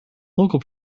local